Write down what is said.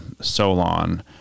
Solon